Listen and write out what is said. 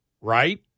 right